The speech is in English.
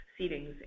seatings